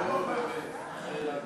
שינוי גיל הפרישה לעובדים בענף הבניין),